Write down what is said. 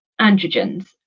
androgens